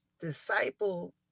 Disciple